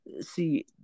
see